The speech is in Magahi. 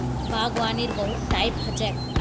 बागवानीर बहुत टाइप ह छेक